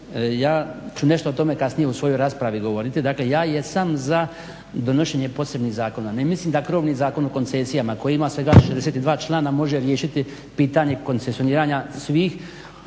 Ja ću nešto o tome kasnije u svojoj raspravi govoriti. Dakle, ja jesam za donošenje posebnih zakona. Ne mislim da krovni Zakon o koncesijama koji ima svega 62. članka može riješiti pitanje koncesioniranja svih